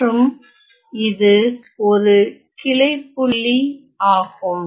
மற்றும் இது ஒரு கிளைப்புள்ளி ஆகும்